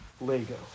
Lego